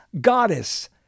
goddess